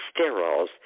sterols